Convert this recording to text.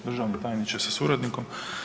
Državni tajniče sa suradnikom.